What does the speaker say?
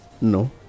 No